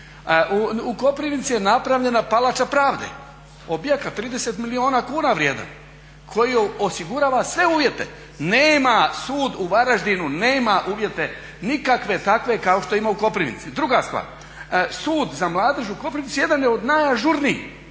U Koprivnici je napravljena Palača pravde, objekat 30 milijuna kuna vrijedan koji osigurava sve uvjete. Nema sud u Varaždinu nema uvjete nikakve takve kao što ima u Koprivnici. Druga stvar, sud za mladež u Koprivnici jedan je od najažurnijih,